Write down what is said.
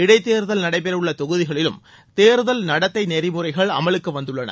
இடைத்தேர்தல் நடைபெறவுள்ள தொகுதிகளிலும் தேர்தல் நடத்தை நெறிமுறைகள் அமலுக்கு வந்துள்ளன